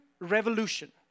Revolution